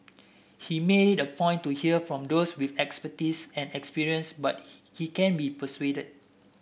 he made it a point to hear from those with expertise and experience but he can be persuaded